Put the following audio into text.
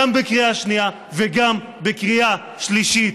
גם בקריאה שנייה וגם בקריאה שלישית.